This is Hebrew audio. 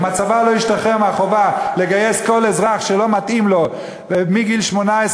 אם הצבא לא ישתחרר מהחובה לגייס כל אזרח שלא מתאים לו מגיל 18,